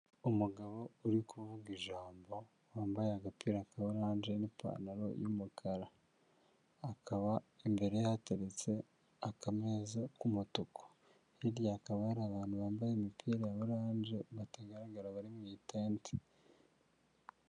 Umugabo uri kuvuga ijambo wambaye agapira ka orange n'ipantaro y'umukara, akaba imbere hateretse akameza k'umutuku hiryakaba hari abantu bambaye imipira ya orange batagaragara bari mu itente.